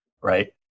right